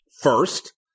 First